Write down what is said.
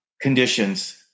conditions